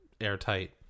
airtight